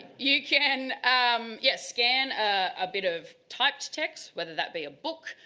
you can um yeah scan a bit of typed text, whether that be a book,